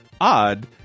odd